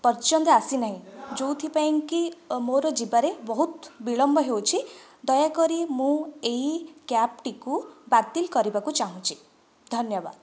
ପର୍ଯ୍ୟନ୍ତ ଆସିନାହିଁ ଯୋଉଥିପାଇଁ ମୋର ଯିବାରେ ବହୁତ ବିଳମ୍ବ ହେଉଛି ଦୟାକରି ମୁଁ ଏହି କ୍ୟାବ୍ ଟିକୁ ବାତିଲ୍ କରିବାକୁ ଚାହୁଁଛି ଧନ୍ୟବାଦ